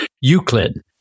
Euclid